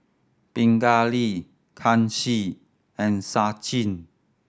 Pingali Kanshi and Sachin